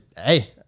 Hey